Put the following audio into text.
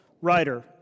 writer